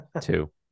Two